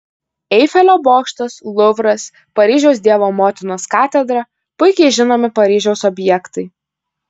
eifelio bokštas luvras paryžiaus dievo motinos katedra puikiai žinomi paryžiaus objektai